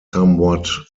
somewhat